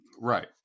Right